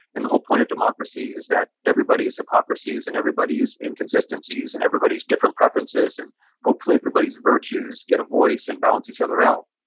the whole point of democracy is that everybody's hypocrisies, and everybody's inconsistencies, and everybody's different preferences, and hopefully everybody's virtues get a voice and balance each other out,